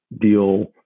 deal